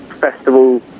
festival